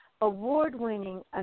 award-winning